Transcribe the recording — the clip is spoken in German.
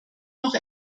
noch